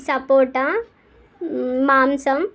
సపోటా మాంసం